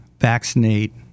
vaccinate